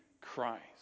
Christ